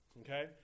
Okay